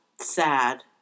Sad